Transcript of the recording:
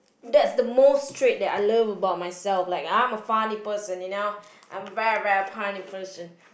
that's the most trait that I love about myself like I'm a funny person you know I'm a very very funny person